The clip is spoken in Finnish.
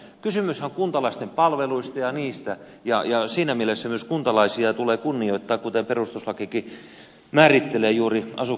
kysymyshän on kuntalaisten palveluista ja siinä mielessä myös kuntalaisia tulee kunnioittaa kuten perustuslakikin juuri määrittelee asukkaiden itsehallintoa